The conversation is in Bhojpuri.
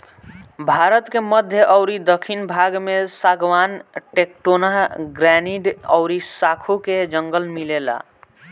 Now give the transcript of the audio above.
भारत के मध्य अउरी दखिन भाग में सागवान, टेक्टोना, ग्रैनीड अउरी साखू के जंगल मिलेला